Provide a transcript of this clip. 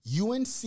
UNC